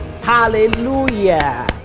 Hallelujah